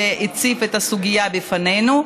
שהציב את הסוגיה לפנינו.